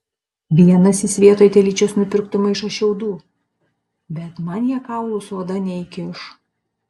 vienas jis vietoj telyčios nupirktų maišą šiaudų bet man jie kaulų su oda neįkiš